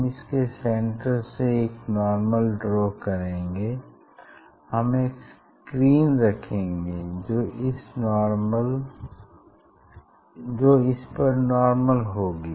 हम इसके सेन्टर से एक नार्मल ड्रा करेंगे हम एक स्क्रीन रखेंगे जो इस पर नार्मल होगी